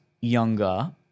younger